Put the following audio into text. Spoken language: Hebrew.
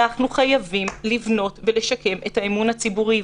אנחנו חייבים לבנות ולשקם את האמון הציבורי.